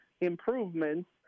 improvements